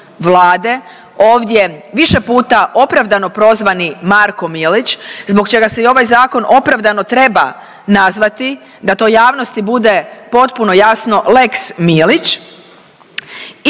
ovdje više puta opravdano prozvani Marko Milić, zbog čega se i ovaj zakon opravdano treba nazvati da to javnosti bude potpuno jasno lex Milić